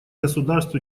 государств